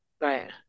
right